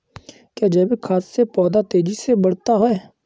क्या जैविक खाद से पौधा तेजी से बढ़ता है?